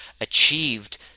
achieved